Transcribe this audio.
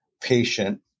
patient